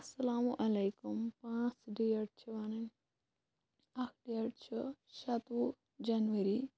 اسلام علیکُم پانٛژھ ڈیٹ چھِ وَنٕنۍ اَکھ ڈیٹ چھُ شَتوُہ جنؤری